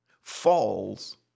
falls